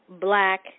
Black